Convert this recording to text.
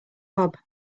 hub